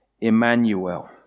Emmanuel